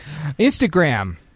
Instagram